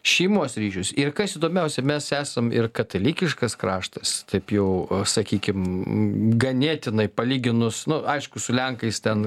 šeimos ryšius ir kas įdomiausia mes esam ir katalikiškas kraštas taip jau sakykim ganėtinai palyginus nu aišku su lenkais ten